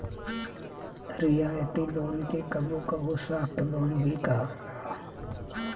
रियायती लोन के कबो कबो सॉफ्ट लोन भी कहाला